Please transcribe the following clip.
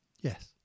yes